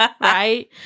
right